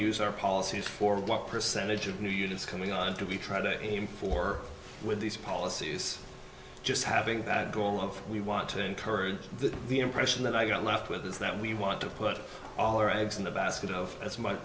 use our policies for what percentage of new units coming on to be trying to aim for with these policies just having that goal of we want to encourage that the impression that i got left with is that we want to put all our eggs in the basket of as m